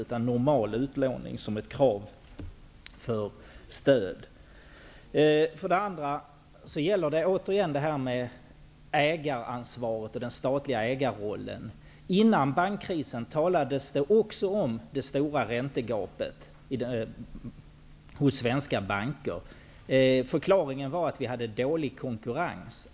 Jag vill återigen ta upp detta med ägaransvaret och den statliga ägarrollen. Före bankkrisen talades det också om det stora räntegapet hos svenska banker. Förklaringen var att vi hade dålig konkurrens.